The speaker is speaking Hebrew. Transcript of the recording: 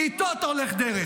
תפסיק עם ההסתה.